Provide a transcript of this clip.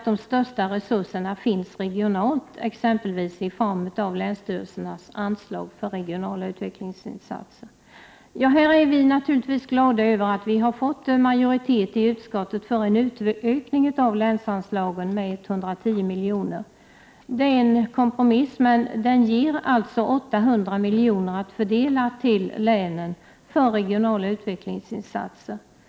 De största resurserna finns regionalt, exempelvis i form av länsstyrelsernas anslag för regionala utvecklingsinsatser.” Ja, vi är naturligtvis glada över att vi har fått majoritet i utskottet för en utökning av länsanslagen med 110 milj.kr. Det är en kompromiss — men den ger alltså 800 miljoner att fördela till länen för regionala utvecklingsinsatser. 21 Prot.